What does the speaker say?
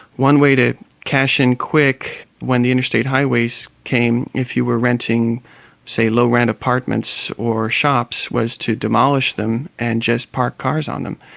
one way to cash in quick when the interstate highways came if you were renting say, low-rent apartments or shops, was to demolish them and just park cars on them.